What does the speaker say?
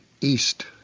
east